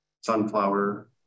Sunflower